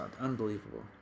unbelievable